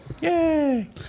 Yay